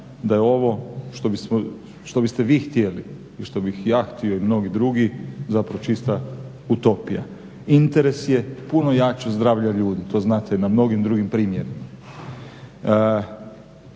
da je ovo što biste vi htjeli ili što bi ja htio i mnogi drugi zapravo čista utopija. Interes je puno jači od zdravlja ljudi to znate i na mnogim drugim primjerima.